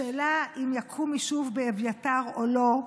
השאלה אם יקום יישוב באביתר או לא,